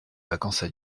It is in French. vacances